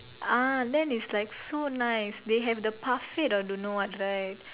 ah then it's like so nice they have the or don't know what right